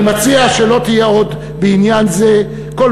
אני מציע שלא תהיה עוד בעניין זה כל